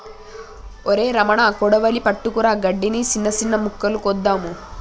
ఒరై రమణ కొడవలి పట్టుకురా గడ్డిని, సిన్న సిన్న మొక్కలు కోద్దాము